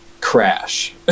crash